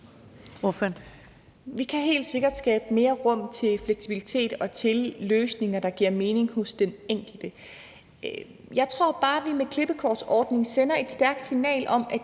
Vi kan helt sikkert skabe mere rum til fleksibilitet og finde løsninger, der giver mening hos den enkelte. Jeg tror bare, vi med klippekortsordningen sender et stærkt signal om, at